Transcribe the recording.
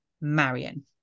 Marion